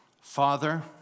Father